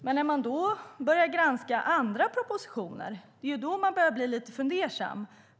Men när jag granskar andra propositioner blir jag lite fundersam.